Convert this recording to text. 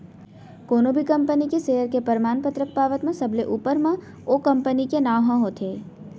कोनो भी कंपनी के सेयर के परमान पतरक पावत म सबले ऊपर म ओ कंपनी के नांव ह होथे